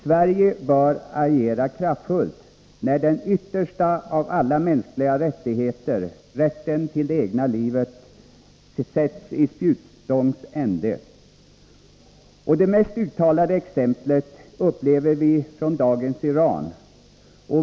Sverige bör agera kraftfullt, när den yttersta av alla mänskliga rättigheter, rätten till det egna livet, sätts i spjutstångs ände. Det mest uttalade exemplet på detta finner vi i dagens Iran.